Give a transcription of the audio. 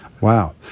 Wow